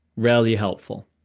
rarely helpful.